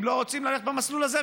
אם לא רוצים ללכת במסלול הזה,